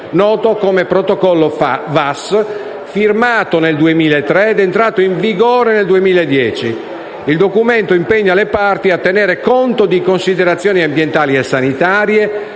noto come Protocollo VAS, firmato nel 2003 ed entrato in vigore nel 2010. Il documento impegna le parti a tenere conto di considerazioni ambientali e sanitarie